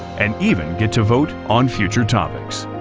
and even get to vote on future topics.